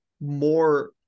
more